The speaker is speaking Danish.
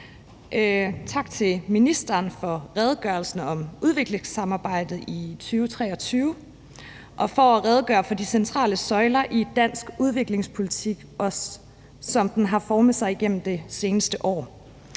Tak til ministeren for redegørelsen om udviklingssamarbejdet i 2023 og også for at redegøre for de centrale søjler i dansk udviklingspolitik, som den har formet sig igennem det seneste år.